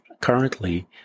currently